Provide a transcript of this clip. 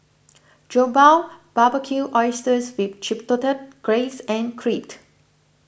Jokbal Barbecued Oysters with Chipotle Glaze and Creed